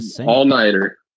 all-nighter